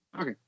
okay